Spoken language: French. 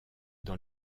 dans